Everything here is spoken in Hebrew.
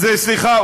אז סליחה,